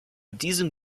diesem